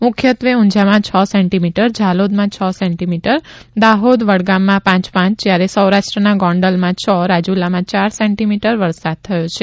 મુખ્યત્વે ઊંઝામાં છ સેન્ટીમીટર ઝાલોદમાં છ સેન્ટીમીટર દાહોદ વડગામમાં પાંચ પાંચ જ્યારે સૌરાષ્ટ્રના ગોંડલના છ રાજુલામાં ચાર સેન્ટીમીટર વરસાદ થયો છે